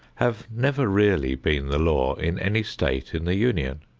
have never really been the law in any state in the union.